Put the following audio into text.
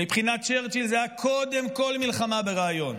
מבחינת צ'רצ'יל זה היה קודם כול מלחמה ברעיון,